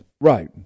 Right